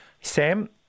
Sam